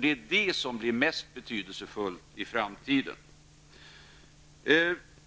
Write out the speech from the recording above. Det blir det mest betydelsefulla i framtiden.